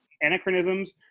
anachronisms